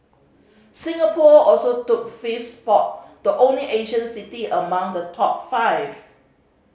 Singapore also took fifth spot the only Asian city among the top five